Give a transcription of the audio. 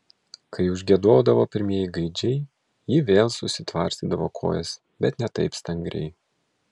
kai užgiedodavo pirmieji gaidžiai ji vėl susitvarstydavo kojas bet ne taip stangriai